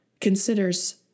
considers